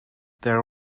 there